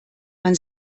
man